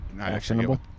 Actionable